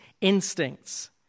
instincts